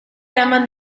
eraman